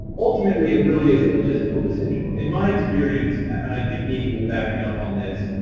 ultimately, it really is a logistical decision. in my experience, and i think edie will back me up on this,